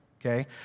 okay